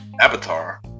Avatar